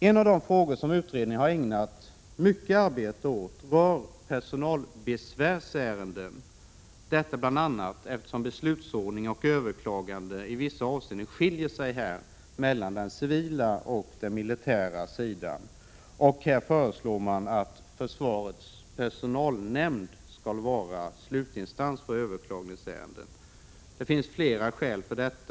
En av de frågor som utredningen ägnat mycket arbete åt är personalbesvärsärenden, bl.a. eftersom beslutsordning och överklagande i vissa avseenden skiljer sig åt mellan den civila och den militära sidan. Man föreslår att försvarets personalnämnd skall vara slutinstans för överklagningsärenden. Det finns flera skäl till detta.